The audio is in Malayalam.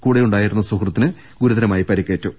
കൂടെയുണ്ടാ യിരുന്ന സുഹൃത്തിന് ഗുരുതരമായി പരിക്കേറ്റു